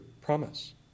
promise